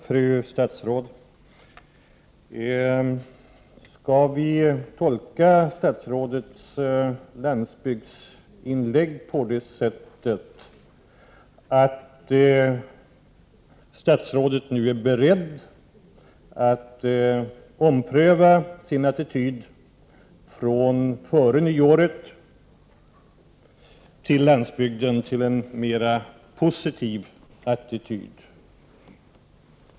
Fru talman! Skall vi tolka statsrådets ”landsbygdsinlägg” på det sättet att statsrådet nu är beredd att ompröva den attityd hon hade före nyåret till en mer positiv attityd?